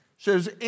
Says